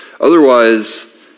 Otherwise